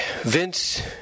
Vince